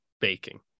baking